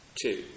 two